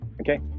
Okay